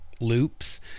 loops